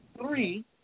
three